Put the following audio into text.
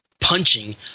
punching